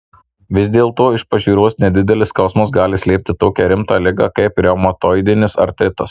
vis dėlto iš pažiūros nedidelis skausmas gali slėpti tokią rimtą ligą kaip reumatoidinis artritas